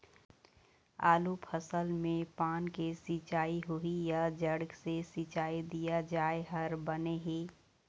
आलू फसल मे पान से सिचाई होही या जड़ से सिचाई दिया जाय हर बने हे?